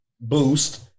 boost